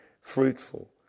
fruitful